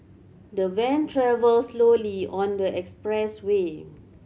the van travelled slowly on the express way